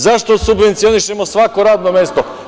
Zašto subvencionišemo svako radno mesto?